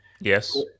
Yes